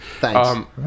Thanks